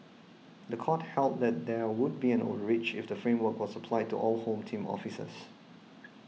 the court held that there would be an overreach if the framework was applied to all Home Team officers